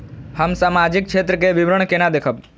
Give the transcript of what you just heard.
हम सामाजिक क्षेत्र के विवरण केना देखब?